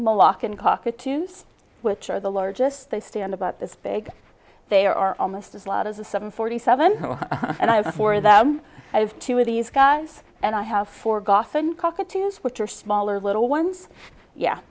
and cockatoos which are the largest they stand about this big they are almost as loud as a seven forty seven and i for them i have two of these guys and i have forgotten cockatoos which are smaller little ones yeah